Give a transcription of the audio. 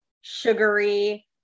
sugary